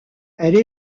elle